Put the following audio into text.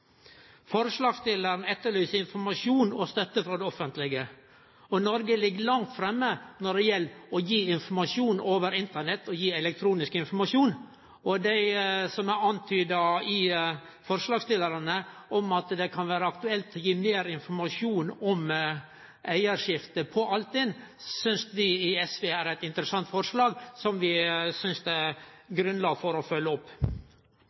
Forslagsstillarane etterlyser informasjon og støtte frå det offentlege. Noreg ligg langt framme når det gjeld å gi informasjon over Internett og annan elektronisk informasjon. Det som er antyda frå forslagsstillarane, at det kan vere aktuelt å gi meir informasjon om eigarskifte på Altinn, synest vi i SV er eit interessant forslag som det er grunn til å følgje opp.